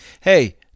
Hey